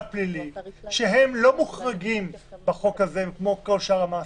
הפלילי והם לא מוחרגים בחוק הזה כמו כל שאר המעסיקים,